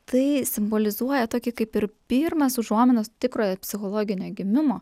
tai simbolizuoja tokį kaip ir pirmas užuominas tikrojo psichologinio gimimo